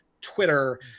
Twitter